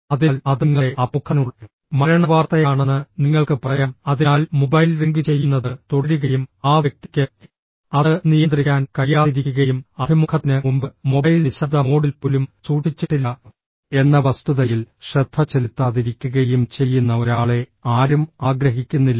അതിനാൽ അത് നിങ്ങളുടെ അഭിമുഖത്തിനുള്ള മരണവാർത്തയാണെന്ന് നിങ്ങൾക്ക് പറയാം അതിനാൽ മൊബൈൽ റിംഗ് ചെയ്യുന്നത് തുടരുകയും ആ വ്യക്തിക്ക് അത് നിയന്ത്രിക്കാൻ കഴിയാതിരിക്കുകയും അഭിമുഖത്തിന് മുമ്പ് മൊബൈൽ നിശബ്ദ മോഡിൽ പോലും സൂക്ഷിച്ചിട്ടില്ല എന്ന വസ്തുതയിൽ ശ്രദ്ധ ചെലുത്താതിരിക്കുകയും ചെയ്യുന്ന ഒരാളെ ആരും ആഗ്രഹിക്കുന്നില്ല